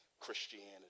Christianity